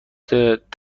تولد